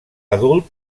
adult